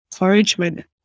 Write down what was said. encouragement